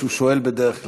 והוא שואל בדרך כלל,